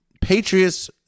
patriots